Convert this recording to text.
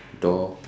door